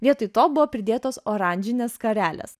vietoj to buvo pridėtos oranžinės skarelės